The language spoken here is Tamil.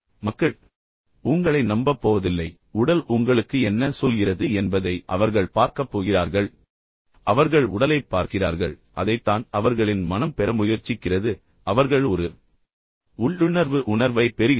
மக்கள் உங்களை நம்பப் போவதில்லை உடல் உங்களுக்கு என்ன சொல்கிறது என்பதை அவர்கள் பார்க்கப் போகிறார்கள் அவர்கள் கூட உங்களிடம் சொல்லவில்லை அவர்கள் உடலைப் பார்க்கிறார்கள் அதைத்தான் அவர்களின் மனம் பெற முயற்சிக்கிறது மேலும் அவர்கள் ஒரு உள்ளுணர்வு உணர்வைப் பெறுகிறார்கள்